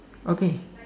okay